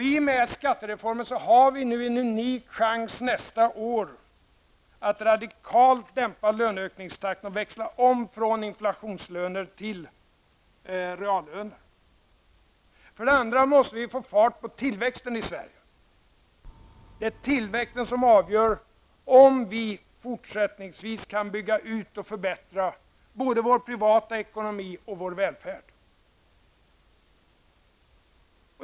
I och med skattereformen får vi en ny chans att nästa år radikalt dämpa löneökningstakten och växla om från inflationslöner till reallöner. Vi måste få fart på tillväxten i Sverige. Det är tillväxten som avgör om vi fortsättningsvis skall kunna bygga ut och förbättra både vår privata ekonomi och vår välfärd.